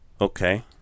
Okay